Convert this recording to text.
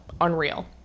unreal